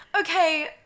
Okay